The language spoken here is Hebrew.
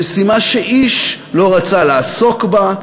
המשימה שאיש לא רצה לעסוק בה,